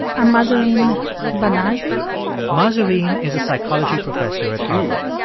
i'm mahzarin banaji mahzarin is a psychology professor at harvard.